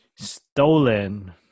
Stolen